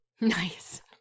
Nice